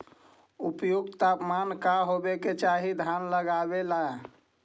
उपयुक्त तापमान का होबे के चाही धान लगावे ला?